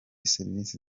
serivisi